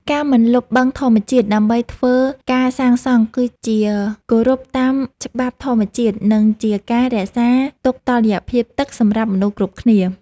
ការមិនលុបបឹងធម្មជាតិដើម្បីធ្វើការសាងសង់គឺជាគោរពតាមច្បាប់ធម្មជាតិ និងជាការរក្សាទុកតុល្យភាពទឹកសម្រាប់មនុស្សគ្រប់គ្នា។